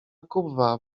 kubwa